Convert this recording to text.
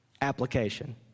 application